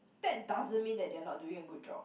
that doesn't mean that they are not doing a good job